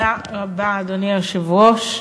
אדוני היושב-ראש,